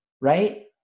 Right